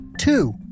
Two